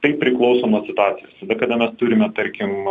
tai priklauso nuo situacijos kada mes turime tarkim